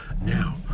Now